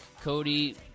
Cody